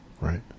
Right